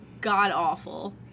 god-awful